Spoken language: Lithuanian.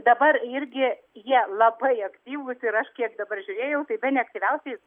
dabar irgi jie labai aktyvūs ir aš kiek dabar žiūrėjau tai bene aktyviausiai